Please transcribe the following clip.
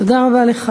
תודה רבה לך.